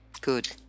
Good